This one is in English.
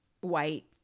white